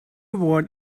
word